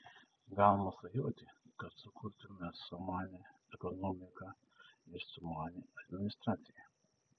galima svajoti kad sukursime sumanią ekonomiką ir sumanią administraciją